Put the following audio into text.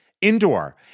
Indoor